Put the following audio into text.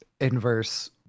inverse